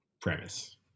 premise